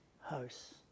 house